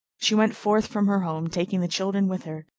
she went forth from her home, taking the children with her,